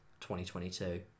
2022